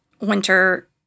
Winter